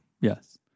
Yes